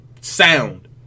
sound